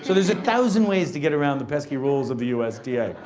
so there's a thousand ways to get around the pesky rules of the usda.